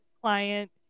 client